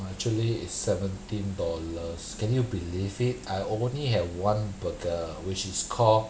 !wah! actually is seventeen dollars can you believe it I only have one burger which is called